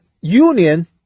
union